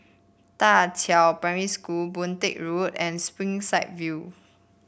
Da Qiao Primary School Boon Teck Road and Springside View